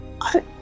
I-